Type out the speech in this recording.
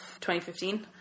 2015